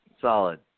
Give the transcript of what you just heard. Solid